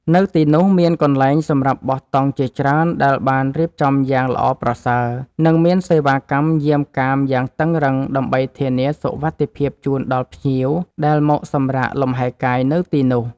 នៅទីនោះមានកន្លែងសម្រាប់បោះតង់ជាច្រើនដែលបានរៀបចំយ៉ាងល្អប្រសើរ និង មានសេវាកម្មយាមកាមយ៉ាងតឹងរ៉ឹងដើម្បីធានាសុវត្ថិភាពជូនដល់ភ្ញៀវដែលមកសម្រាកលម្ហែកាយនៅទីនោះ។